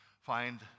find